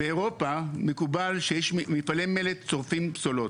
באירופה מקובל שיש מפעלי מלט שורפים פסולות,